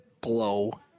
blow